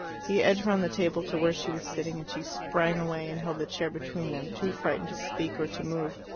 he edged round the table to where she was sitting, and she sprang away and held the chair between them, too frightened to speak or to move.